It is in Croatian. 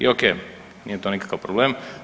I ok, nije to nikakav problem.